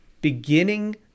beginning